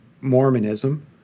Mormonism